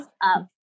up